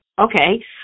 okay